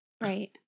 Right